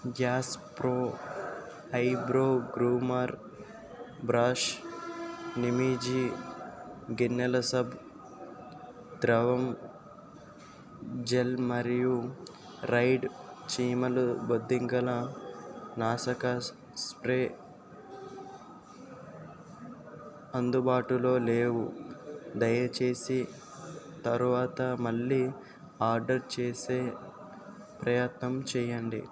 dash pro eyebrow groomer brush నిమీజీ గిన్నెల సబ్బు ద్రవం జెల్ మరియు రైడ్ చీమలు బొద్దింకల నాశక స్ప్రే అందుబాటులో లేవు దయచేసి తరువాత మళ్ళీ ఆర్డర్ చేసే ప్రయత్నం చేయండి